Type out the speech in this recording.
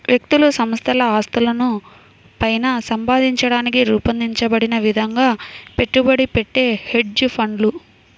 వ్యక్తులు సంస్థల ఆస్తులను పైన సంపాదించడానికి రూపొందించబడిన విధంగా పెట్టుబడి పెట్టే హెడ్జ్ ఫండ్లు